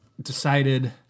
decided